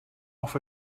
off